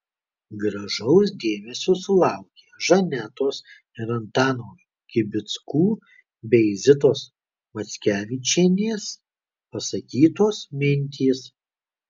gražaus dėmesio sulaukė žanetos ir antano kibickų bei zitos mackevičienės pasakytos mintys